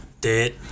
Dead